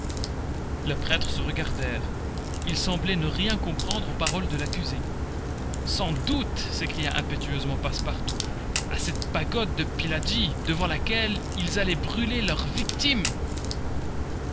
les prêtres se regardèrent ils semblaient ne rien comprendre aux paroles de l'accusé sans doute s'écria impétueusement passepartout à cette pagode de pillaji devant laquelle ils allaient brûler leur victime